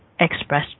express